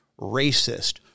racist